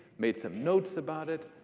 made some notes about it.